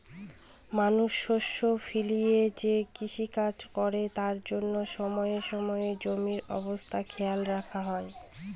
মানুষ শস্য ফলিয়ে যে কৃষিকাজ করে তার জন্য সময়ে সময়ে জমির অবস্থা খেয়াল রাখা হয়